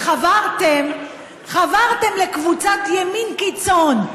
חברתם לקבוצת ימין קיצון,